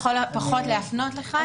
לכל הפחות להפנות לכאן,